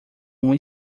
uma